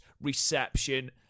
reception